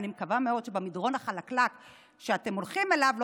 ואני מקווה מאוד שבמדרון החלקלק שאתם הולכים בו לא